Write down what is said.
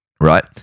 right